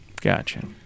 Gotcha